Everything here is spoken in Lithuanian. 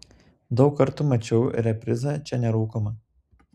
daug kartų mačiau reprizą čia nerūkoma